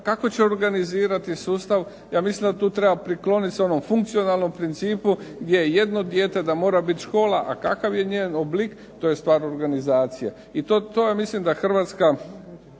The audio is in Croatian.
kako će organizirati sustav, ja mislim da tu treba prikloniti se onom funkcionalnom principu gdje je jedno dijete da mora biti škola, a kakav je njen oblik, to je stvar organizacije, i to ja mislim da Hrvatska